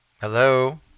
Hello